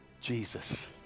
Jesus